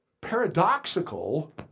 paradoxical